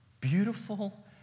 Beautiful